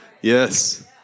Yes